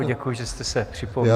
Děkuji, že jste se připomněl.